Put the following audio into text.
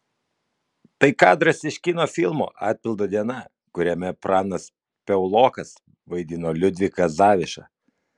tai kadras iš kino filmo atpildo diena kuriame pranas piaulokas vaidino liudviką zavišą